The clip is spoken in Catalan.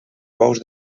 bous